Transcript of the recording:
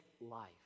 life